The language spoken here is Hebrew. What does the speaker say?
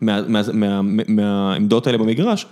מהעמדות האלה במגרש.